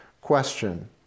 question